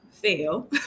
Fail